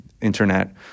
internet